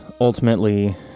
ultimately